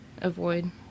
avoid